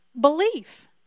belief